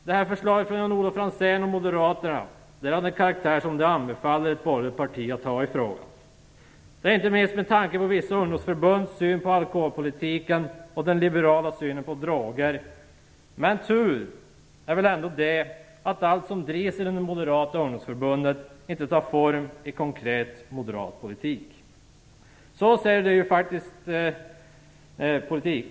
Det här förslaget från Jan-Olof Franzén har den karaktären som ett borgerligt parti förväntas ha i den här frågan, inte minst med tanke på vissa ungdomsförbunds syn på alkoholpolitiken och den liberala synen på droger. Men tur är väl ändå att allt som drivs i det moderata ungdomsförbundet inte tar form i konkret moderat politik.